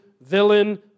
villain